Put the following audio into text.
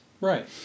Right